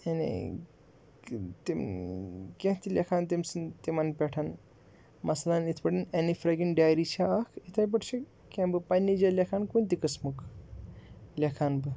یعنی تِم کینٛہہ تہِ لیکھان تٔمۍ سٕنٛد تِمَن پٮ۪ٹھ مثلاً یِتھ پٲٹھۍ اٮ۪نی فرٛینٛگٕن ڈایری چھےٚ اَکھ یِتھَے پٲٹھۍ چھِ کینٛہہ بہٕ پنٛنہِ جایہِ لیکھان کُنہِ تہِ قٕسمُک لیکھان بہٕ